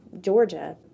Georgia